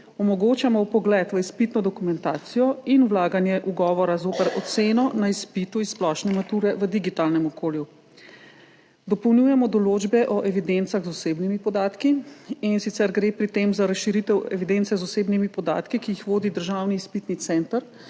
omogočamo vpogled v izpitno dokumentacijo in vlaganje ugovora zoper oceno na izpitu iz splošne mature v digitalnem okolju. Dopolnjujemo določbe o evidencah z osebnimi podatki. In sicer gre pri tem za razširitev evidence z osebnimi podatki, ki jo vodi Državni izpitni center,